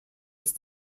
ist